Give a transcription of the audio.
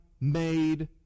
made